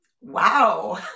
Wow